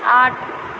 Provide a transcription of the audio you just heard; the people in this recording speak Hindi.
आठ